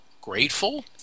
grateful